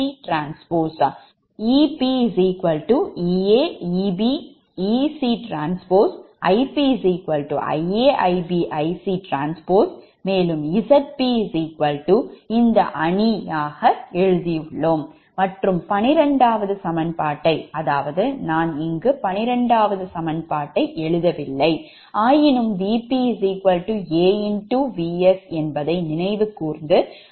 Ep Ea Eb Ec T Ip Ia Ib Ic T Zp ZsZn Zn Zn Zn ZsZn Zn Zn Zn ZsZn மற்றும் பன்னிரண்டாவது சமன்பாட்டை அதாவது நான் இங்கு 12ஆவது சமன்பாட்டை எழுதவில்லை ஆயினும் VpAVs அதை நினைவுகூர்ந்து